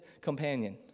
companion